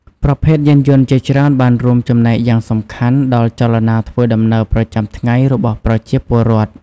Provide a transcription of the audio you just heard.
ប្រភេទយានយន្តជាច្រើនបានរួមចំណែកយ៉ាងសំខាន់ដល់ចលនាធ្វើដំណើរប្រចាំថ្ងៃរបស់ប្រជាពលរដ្ឋ។